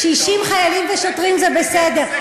קשישים, חיילים ושוטרים זה בסדר.